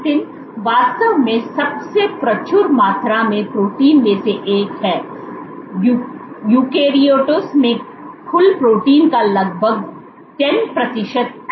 actin वास्तव में सबसे प्रचुर मात्रा में प्रोटीन में से एक है यूकेरियोट्स में कुल प्रोटीन का लगभग 10 प्रतिशत ऐक्टिन से बना है